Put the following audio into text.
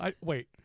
Wait